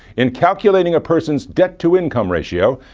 in calculating a person's debt-to-income ratio,